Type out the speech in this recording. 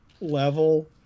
level